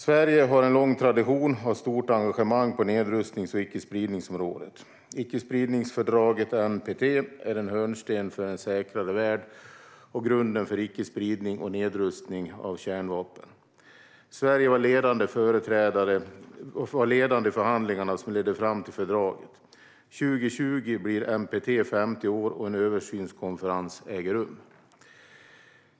Sverige har en lång tradition av stort engagemang på nedrustnings och icke-spridningsområdet. Icke-spridningsfördraget, NPT, är en hörnsten för en säkrare värld och grunden för icke-spridning och nedrustning av kärnvapen. Sverige var ledande i de förhandlingar som ledde fram till fördraget. År 2020 blir NPT 50 år och en översynskonferens äger rum.